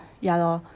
ya lor